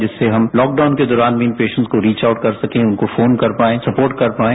जिससे हम lockdown के दौरान इन पेरोन्टस को रिक्आउट कर सकें उनको फोन कर पाएं स्थॉर्ट कर पाएं